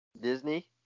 Disney